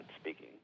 speaking